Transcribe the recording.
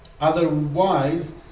Otherwise